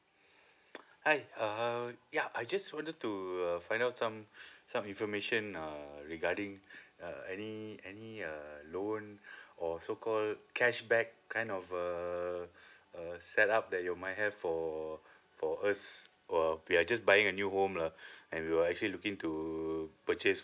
hi uh ya I just wanted to uh find out some some information uh regarding uh any any uh loan or so called cashback kind of a uh set up that you might have for for us uh we are just buying a new home lah and we were actually looking to purchase